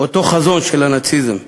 אותו חזון, של הנאציזם,